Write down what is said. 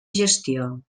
gestió